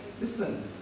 listen